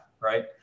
right